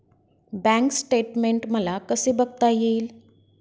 Bank statement मला कसे बघता येईल?